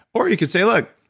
or you could say, look,